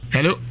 Hello